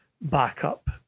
backup